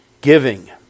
giving